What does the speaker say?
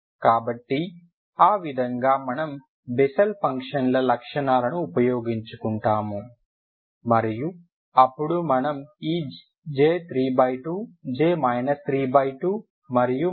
కాబట్టి ఆ విధంగా మనం బెస్సెల్ ఫంక్షన్ల లక్షణాలను ఉపయోగించుకుంటాము మరియు అప్పుడు మనం ఈ J32 J 32 మరియు మొదలైనవి పొందవచ్చు